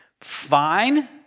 Fine